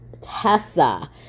Tessa